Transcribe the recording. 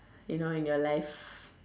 you know in your life